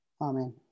amen